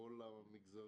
לכל המגזרים,